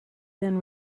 been